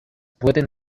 pueden